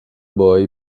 boy